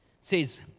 says